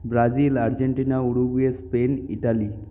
Brasil Argentina Uruguay Spain Italy